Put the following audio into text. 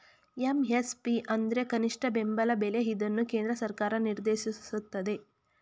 MSP ಅಂದ್ರೆ ಕನಿಷ್ಠ ಬೆಂಬಲ ಬೆಲೆ ಇದನ್ನು ಕೇಂದ್ರ ಸರ್ಕಾರ ನಿರ್ದೇಶಿಸುತ್ತದೆ